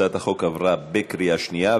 הצעת החוק עברה בקריאה שנייה.